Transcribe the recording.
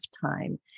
time